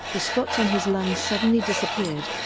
the spots on his lungs suddenly disappeared,